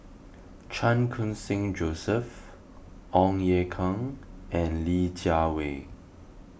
Chan Khun Sing Joseph Ong Ye Kung and Li Jiawei